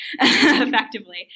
effectively